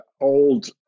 old